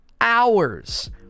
hours